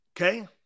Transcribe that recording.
Okay